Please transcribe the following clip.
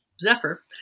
Zephyr